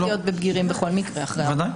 בבגירים בכל מקרה חייבת להיות.